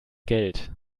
geld